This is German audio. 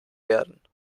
werden